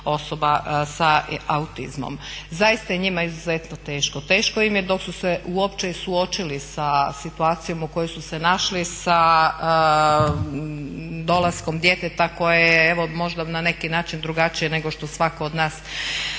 osoba sa autizmom. Zaista je njima izuzetno teško, teško im je dok su se uopće suočili sa situacijom u kojoj su se našli, sa dolaskom djeteta koja je evo možda na neki način drugačiji nego što svako od nas